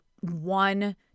one